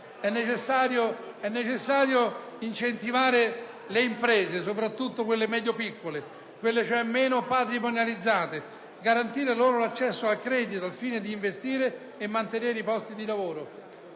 È necessario incentivare le imprese, soprattutto quelle medio-piccole, dunque meno patrimonializzate, e garantire loro l'accesso al credito al fine di investire e mantenere i posti di lavoro.